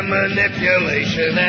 manipulation